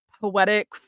poetic